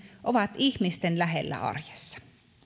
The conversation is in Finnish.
ovat ihmisten lähellä arjessa